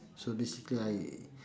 so basically I